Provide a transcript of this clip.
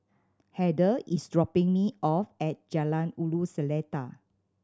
Heather is dropping me off at Jalan Ulu Seletar